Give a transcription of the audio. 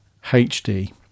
hd